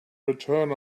return